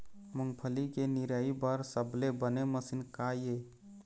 मूंगफली के निराई बर सबले बने मशीन का ये?